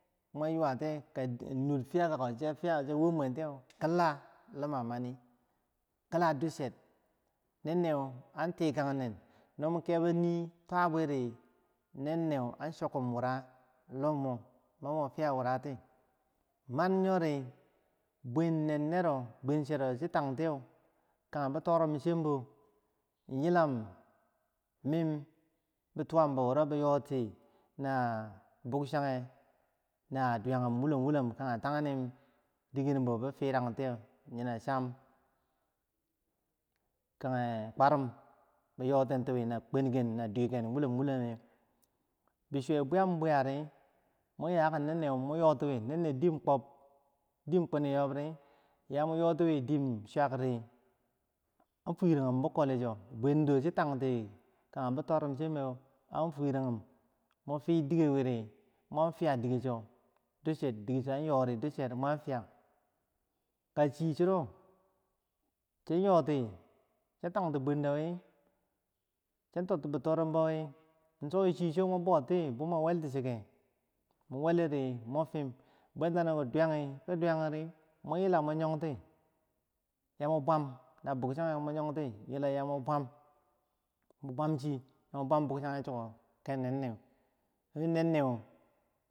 Mwer yuwa ti yeh kanur fiyakako cha fiya mwen ti yeh kilah lima mani, tikang nen no mun kebo yi twabiri nenne an sokum wura lo mor, man yori bwen neneron kage bi toromchimbo yilam mim, bituwambo wo bi yoti bugchage na duyagumwolom wulo kage tagnim dikerembo bi firang tiyeh, yoh na cham kage kwarim biyotenti na kwanum na duyagen wulom wulomeh, bisuwe bwem bwem ri mun yah ki nennen yamun yoti wi nenne dim kwab, yamun yotiwi dim chak ri an furagum bikoleh cho. Kage biyorom chimbo an fuyeragum no mun fi diker wiri mun fiyam dike so ducher dike so an yori ducher mwan fiyah, kachi chiro, chin yoti chin tag ti bwan do wikage bitorombo, cho chi cho mwar bou ti chikeh, mun weliri mun fim bwen ti duyagi ki duyagiri, mun yogti, yah mun bwam na bugchange mun bwam, mun bwam chi mun bwam buk chagew kinenne.